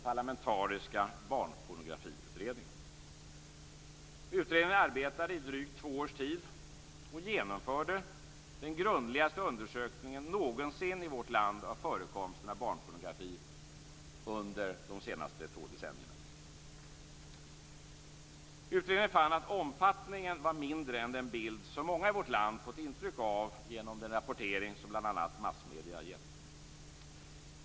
Barnpornografiutredningen. Utredningen arbetade i drygt två års tid och genomförde den grundligaste undersökningen någonsin i vårt land av förekomsten av barnpornografi under de senaste två decennierna. Utredningen fann att omfattningen var mindre än vad många i vårt land fått intryck av genom den rapportering som bl.a. massmedierna givit.